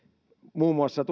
muun muassa